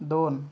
दोन